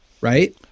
Right